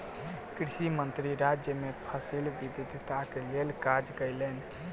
कृषि मंत्री राज्य मे फसिल विविधताक लेल काज कयलैन